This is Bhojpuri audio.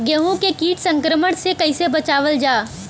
गेहूँ के कीट संक्रमण से कइसे बचावल जा?